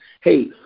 hey